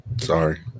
Sorry